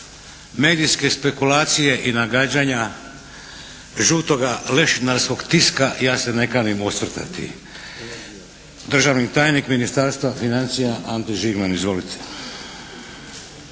medijske spekulacije i nagađanja žutoga lešinarskog tiska ja se ne kanim osvrtati. Državni tajnik Ministarstva financija Ante Žigman. Izvolite!